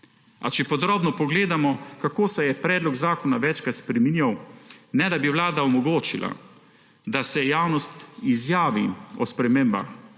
A če podrobno pogledamo, kako se je predlog zakona večkrat spreminjal, ne da bi Vlada omogočila, da se javnost izjavi o spremembah,